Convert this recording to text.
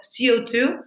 CO2